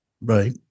Right